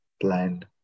plan